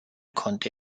konnte